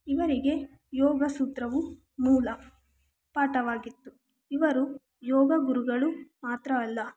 ಇವರಿಗೆ ಯೋಗ ಸೂತ್ರವು ಮೂಲ ಪಾಠವಾಗಿತ್ತು ಇವರು ಯೋಗ ಗುರುಗಳು ಮಾತ್ರ ಅಲ್ಲ